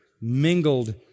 mingled